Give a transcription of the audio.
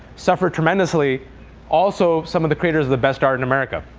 suffered tremendously also, some of the creators of the best art in america,